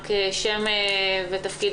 אנחנו מדברים